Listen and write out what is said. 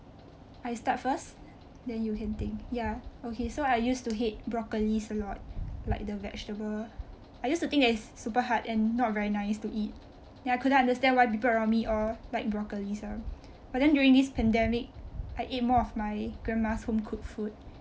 I start first then you can think ya okay so I used to hate broccolis a lot like the vegetable I use to think it's super hard and not very nice to eat then I couldn't understand why people around me all like broccolis ah but during this pandemic I eat more of my grandma's home cooked food